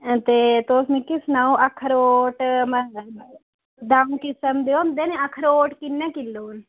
ते तुस मिगी सनाओ अखरोट द'ऊं किस्म दे होंदे ना अखरोट कि'यां किलो न